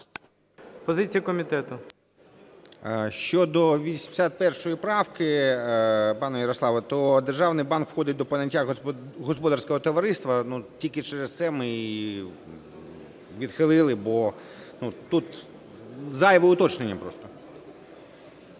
Щодо 81 правки, пане Ярославе, то державний банк входить до поняття господарського товариства. Тільки через це ми відхилили, бо тут зайве уточнення просто.